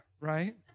right